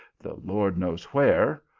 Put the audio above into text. the lord knows where?